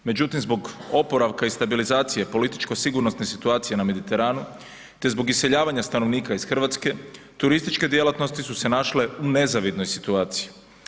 Međutim, zbog oporavka i stabilizacije političko sigurnosnih situacija na Mediteranu, te zbog iseljavanja stanovnika iz RH, turističke djelatnosti su se našle u nezavidnoj situaciji.